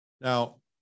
Now